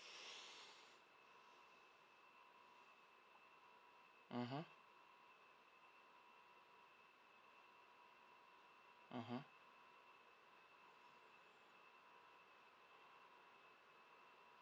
mmhmm mmhmm